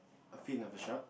a fin of a shark